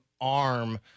arm